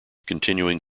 continuing